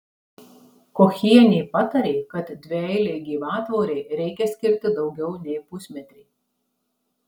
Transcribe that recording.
kochienė patarė kad dvieilei gyvatvorei reikia skirti daugiau nei pusmetrį